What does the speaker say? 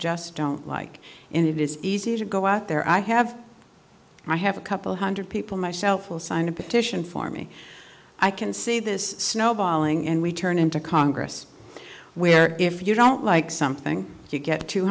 just don't like and it is easy to go out there i have i have a couple hundred people myself will sign a petition for me i can see this snowballing and we turn into congress where if you don't like something you get two